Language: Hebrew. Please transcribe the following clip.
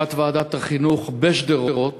ישיבת ועדת החינוך בשדרות